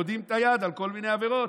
גודעים את היד על כל מיני עבירות.